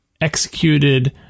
executed